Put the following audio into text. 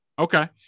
Okay